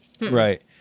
Right